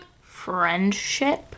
Friendship